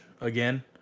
again